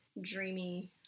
dreamy